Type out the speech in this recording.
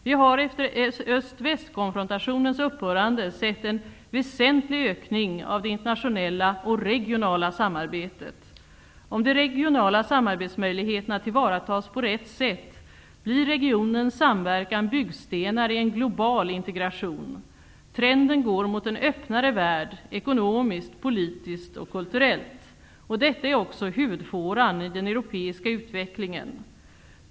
Vi har efter öst--väst-konfrontationens upphörande sett en väsentlig ökning av det internationella och regionala samarbetet. Om de regionala samarbetsmöjligheterna tillvaratas på rätt sätt blir regionens samverkan byggstenar i en global integration. Trenden går mot en öppnare värld, ekonomiskt, politiskt och kulturellt. Detta är också huvudfåran i den europeiska utvecklingen.